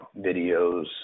videos